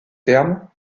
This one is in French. termes